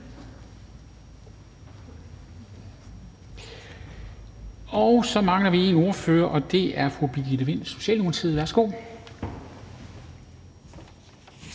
Så mangler vi én ordfører, og det er fru Birgitte Vind, Socialdemokratiet. Værsgo.